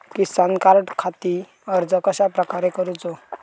किसान कार्डखाती अर्ज कश्याप्रकारे करूचो?